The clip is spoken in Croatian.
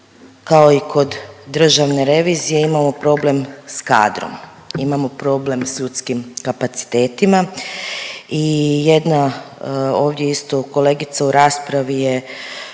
kao i kod državne revizije imamo problem s kadrom, imamo problem s ljudskim kapacitetima i jedna ovdje isto kolegica u raspravi je